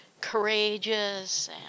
courageous